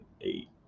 eight